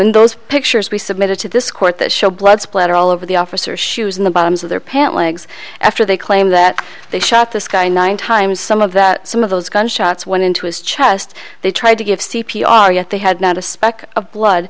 in those pictures we submitted to this court that show blood splatter all over the officers shoes in the bottoms of their pant legs after they claim that they shot this guy nine times some of that some of those gunshots went into his chest they tried to give c p r yet they had not a speck of blood